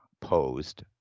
posed